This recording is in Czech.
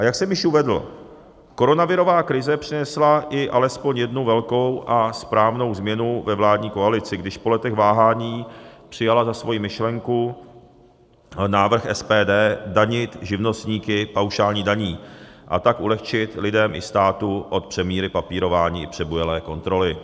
A jak jsem již uvedl, koronavirová krize přinesla i alespoň jednu velkou a správnou změnu ve vládní koalici, když po letech váhání přijala za svoji myšlenku návrh SPD danit živnostníky paušální daní a tak ulehčit lidem i státu od přemíry papírování i přebujelé kontroly.